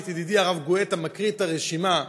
את ידידי הרב גואטה מקריא את הרשימה,